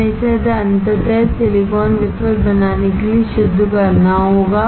हमें इसे अंतत सिलिकॉन वेफर बनाने के लिए शुद्ध करना होगा